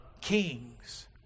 Kings